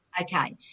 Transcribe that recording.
Okay